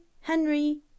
Henry